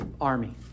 army